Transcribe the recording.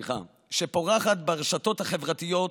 שפורחת ברשתות החברתיות,